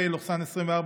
פ/1785/24,